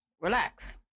relax